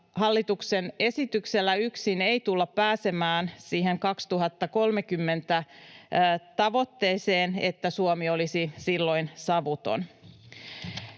hallituksen esityksellä yksin ei tulla pääsemään siihen vuoden 2030 tavoitteeseen, että Suomi olisi silloin savuton.